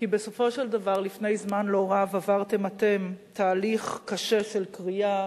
כי בסופו של דבר לפני זמן לא רב עברתם אתם תהליך קשה של קריעה,